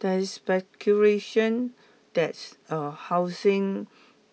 there is speculation that's a housing